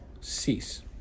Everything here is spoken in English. cease